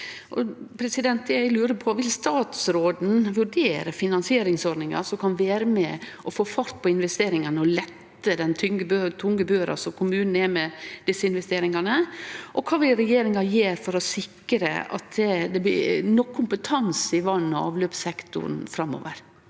lurer på: Vil statsråden vurdere finansieringsordningar som kan vere med og få fart på investeringane og lette den tunge børa som kommunane har med desse investeringane? Og kva vil regjeringa gjere for å sikre at det blir nok kompetanse i vass- og avløpssektoren framover?